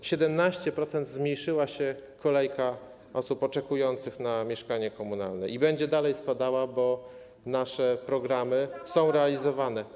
O 17% zmniejszyła się kolejka osób oczekujących na mieszkanie komunalne i będzie nadal się zmniejszała, bo nasze programy są realizowane.